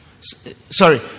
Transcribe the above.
Sorry